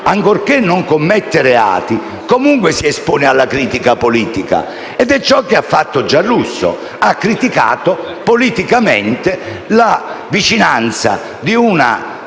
ancorché non commette reati, comunque si espone alla critica politica ed è ciò che ha fatto Giarrusso: ha criticato politicamente la vicinanza di un